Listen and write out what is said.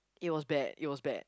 it was bad it was bad